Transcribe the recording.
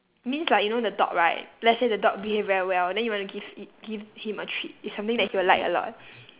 means like you know the dog right let's say the dog behave very well then you wanna give it give him a treat it's something that he would like a lot